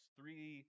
three